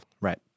right